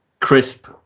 crisp